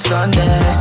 Sunday